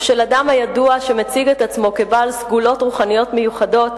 או של אדם הידוע או המציג את עצמו כבעל סגולות רוחניות מיוחדות,